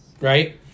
right